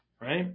right